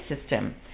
system